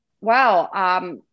wow